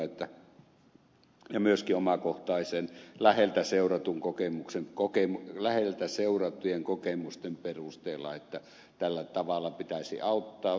kiviranta ja myöskin omakohtaisten läheltä seurattujen kokemusten perusteella sitä mieltä että tällä tavalla pitäisi auttaa